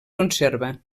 conserva